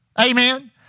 Amen